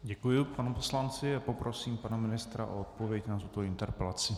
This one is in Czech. Děkuji panu poslanci a poprosím pana ministra o odpověď na interpelaci.